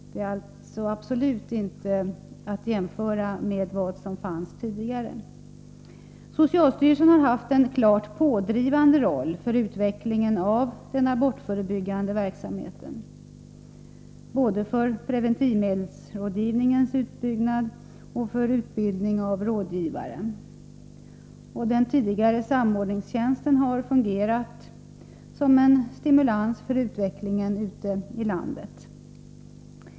Det är absolut inte att jämföra med vad som fanns tidigare. Socialstyrelsen har haft en klart pådrivande roll för utvecklingen av den abortförebyggande verksamheten, både för preventivmedelsrådgivningens utbyggnad och för utbildningen av rådgivare. Den tidigare samordningstjänsten har fungerat som en stimulans för utvecklingen ute i landet.